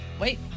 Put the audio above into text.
Wait